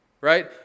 right